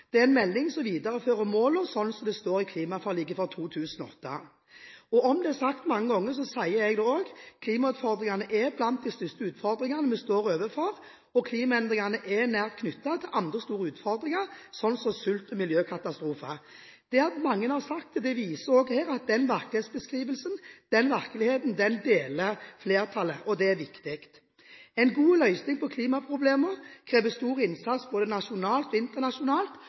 Det er en melding som viderefører målene, slik de står i klimaforliket fra 2008. Om det er sagt mange ganger, sier jeg det også: Klimautfordringene er blant de største utfordringene vi står overfor, og klimaendringene er nær knyttet til andre store utfordringer, slik som sult- og miljøkatastrofer. Det at mange har sagt det, viser også her at den markedsbeskrivelsen, den virkeligheten, deler flertallet. Det er viktig. En god løsning på klimaproblemer krever stor innsats både nasjonalt og internasjonalt,